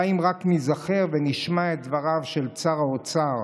די אם רק ניזכר ונשמע את דבריו של צר האוצר